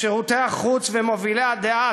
שירותי החוץ ומובילי הדעה,